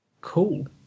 Cool